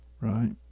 right